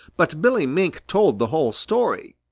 but billy mink told the whole story.